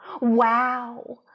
Wow